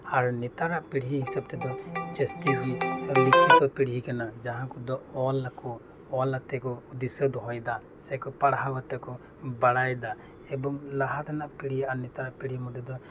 ᱟᱨ ᱱᱮᱛᱟᱨᱟᱜ ᱯᱤᱲᱦᱤ ᱦᱤᱥᱟᱹᱵᱽ ᱛᱮᱦᱚᱸ ᱡᱟᱹᱥᱛᱤ ᱞᱤᱠᱷᱤᱛᱚ ᱯᱤᱲᱦᱤ ᱠᱟᱱᱟ ᱡᱟᱦᱟᱸ ᱠᱟᱫᱚ ᱚᱞᱟᱠᱚ ᱚᱞᱟᱠᱟᱛᱮ ᱠᱚ ᱫᱤᱥᱟᱹ ᱫᱚᱦᱚᱭᱫᱟ ᱥᱮ ᱠᱚ ᱯᱟᱲᱦᱟᱣ ᱠᱟᱛᱮ ᱠᱚ ᱵᱟᱲᱟᱭ ᱫᱟ ᱮᱵᱚᱝ ᱞᱟᱦᱟ ᱛᱮᱱᱟᱜ ᱯᱤᱲᱦᱤ ᱟᱨ ᱱᱮᱛᱟᱨ ᱯᱤᱲᱦᱤ ᱢᱩᱫᱽᱨᱮ ᱫᱚ